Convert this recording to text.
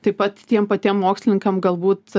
taip pat tiem patiem mokslininkam galbūt